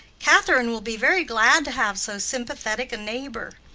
catherine will be very glad to have so sympathetic a neighbor.